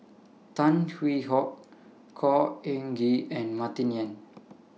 Tan Hwee Hock Khor Ean Ghee and Martin Yan